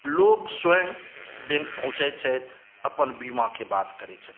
लोक स्वयं बैंक पहुँचैत छथि अपन बीमाके बात करै छथिन